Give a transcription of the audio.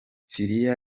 siriya